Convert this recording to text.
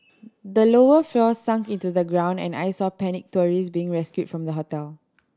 the lower floors sunk into the ground and I saw panicked tourist being rescued from the hotel